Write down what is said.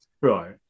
Right